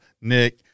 Nick